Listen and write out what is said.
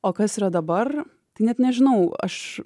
o kas yra dabar tai net nežinau aš